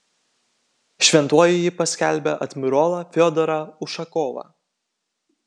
šventuoju ji paskelbė admirolą fiodorą ušakovą